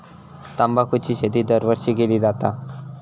तंबाखूची शेती दरवर्षी केली जाता